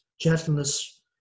gentleness